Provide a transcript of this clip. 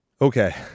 Okay